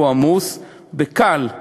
והוא עמוס, זה קל,